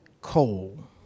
coal